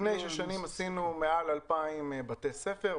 לפני שש שנים עשינו מעל 2,000 בתי ספר.